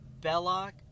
Belloc